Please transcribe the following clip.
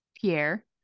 Pierre